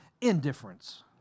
indifference